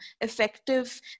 effective